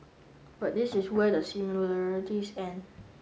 but this is where the similarities end